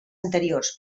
anteriors